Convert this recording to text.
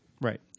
Right